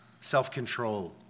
self-control